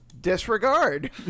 Disregard